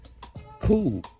cool